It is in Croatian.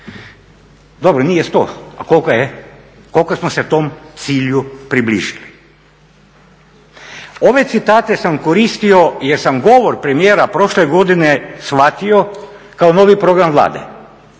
Dobro nije 100, a koliko je? Koliko smo se tom cilju približili? Ove citate sam koristio jer sam govor premijera prošle godine shvatio kao novi program Vlade.